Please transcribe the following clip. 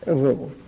ah rule.